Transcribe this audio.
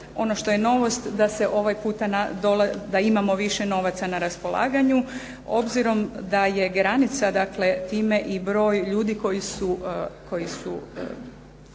se ovaj puta, da imamo više novaca na raspolaganju. Obzirom da je granica dakle, time i broj ljudi kojih se